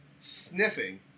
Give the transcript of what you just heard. sniffing